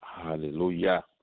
Hallelujah